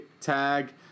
Tag